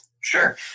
Sure